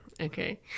Okay